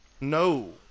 No